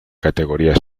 categoría